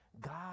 God